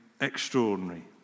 extraordinary